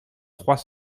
trois